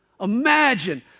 Imagine